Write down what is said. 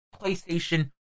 PlayStation